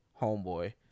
homeboy